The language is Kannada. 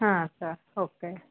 ಹಾಂ ಸರ್ ಓಕೆ